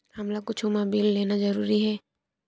हमला कुछु मा बिल लेना जरूरी हे?